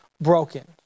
broken